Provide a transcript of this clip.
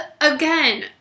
again